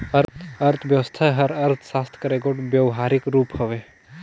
अर्थबेवस्था हर अर्थसास्त्र कर एगोट बेवहारिक रूप हवे